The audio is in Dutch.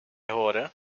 horen